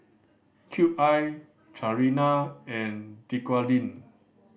Cube I Chanira and Dequadin